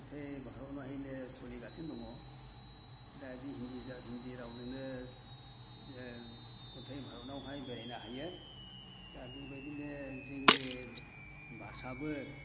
गुथै भारतनाहिनै सोलिगासिनो दङ दा बे हिन्दी रावजोंनो ओ गथै भारतनावहाय बेरायनो हायो दा बेबायदिनो जोंनि भाषाबो